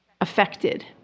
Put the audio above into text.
affected